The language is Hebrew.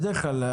בדרך כלל,